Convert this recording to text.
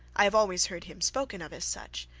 i have always heard him spoken of as such,